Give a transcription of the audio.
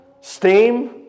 steam